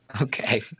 Okay